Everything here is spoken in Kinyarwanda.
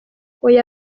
oya